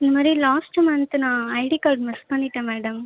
இந்த மாதிரி last month நான் ஐடி கார்ட் மிஸ் பண்ணிவிட்டேன் மேடம்